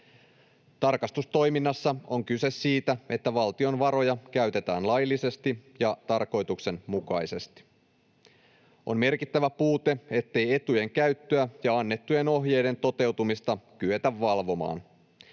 Tarkastustoiminnassa on kyse siitä, että valtion varoja käytetään laillisesti ja tarkoituksenmukaisesti. On merkittävä puute, ettei etujen käyttöä ja annettujen ohjeiden toteutumista kyetä valvomaan.